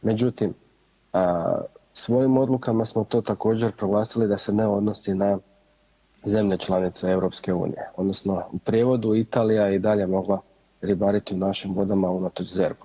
Međutim, svojim odlukama smo to također proglasili da se ne odnosi na zemlje članice EU odnosno u prijevodu Italija je i dalje mogla ribariti u našim vodama unatoč ZERP-u.